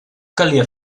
calia